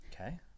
Okay